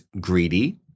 greedy